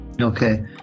okay